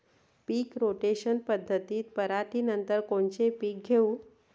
पीक rotation पद्धतीत पराटीनंतर कोनचे पीक घेऊ?